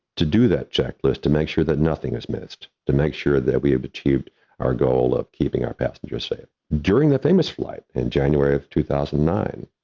to do that checklist, to make sure that nothing is missed, to make sure that we have achieved our goal of keeping our passengers safe. during the famous flight in january of two thousand and nine,